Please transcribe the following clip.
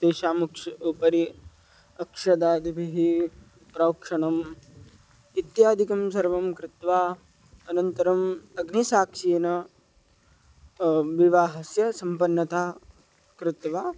तेषाम् उक्ष् उपरि अक्षतादिभिः प्रोक्षणम् इत्यादिकं सर्वं कृत्वा अनन्तरम् अग्निसाक्ष्येन विवाहस्य सम्पन्नतां कृत्वा